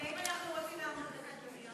ואם אנחנו רוצים לעמוד דקת דומייה?